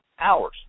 hours